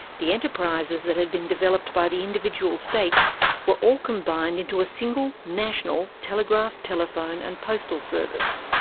the enterprises that had been developed by the individual states were all combined into a single national telegraph, telephone and postal service.